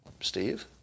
Steve